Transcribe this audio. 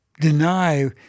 deny